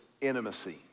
intimacy